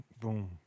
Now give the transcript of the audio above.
Boom